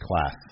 class